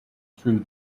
through